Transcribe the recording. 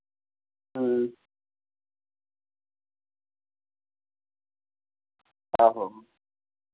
आहो